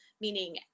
Meaning